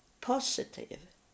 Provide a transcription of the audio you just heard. positive